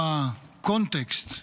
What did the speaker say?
הקונטקסט,